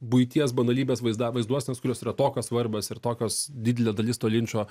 buities banalybės vaizda vaizduosenas kurios yra tokios svarbios ir tokios didelė dalis to linčo